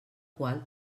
qual